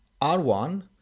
R1